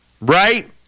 Right